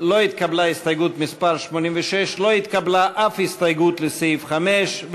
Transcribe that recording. לא התקבלה הסתייגות מס' 86. לא התקבלה אף הסתייגות לסעיף 5,